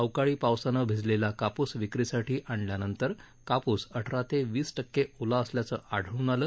अवकाळी पावसानं भिजलेला कापूस विक्रीसाठी आणल्यानंतर कापूस अठरा ते वीस टक्के ओला असल्याचं आढळून आले